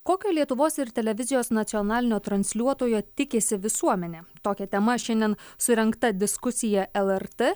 kokio lietuvos ir televizijos nacionalinio transliuotojo tikisi visuomenė tokia tema šiandien surengta diskusija lrt